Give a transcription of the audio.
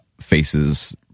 faces